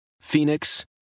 Phoenix